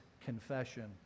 confession